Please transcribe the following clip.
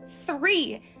Three